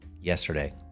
yesterday